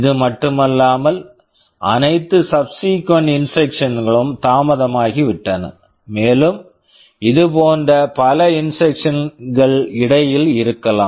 இது மட்டுமல்லாமல் அனைத்து சப்சிகுவண்ட் subsequent இன்ஸ்ட்ரக்க்ஷன்ஸ் instructions களும் தாமதமாகிவிட்டன மேலும் இதுபோன்ற பல இன்ஸ்ட்ரக்க்ஷன்ஸ் instructions கள் இடையில் இருக்கலாம்